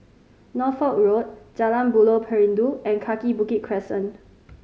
Norfolk Road Jalan Buloh Perindu and Kaki Bukit Crescent